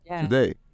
today